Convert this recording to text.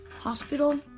Hospital